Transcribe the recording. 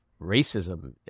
racism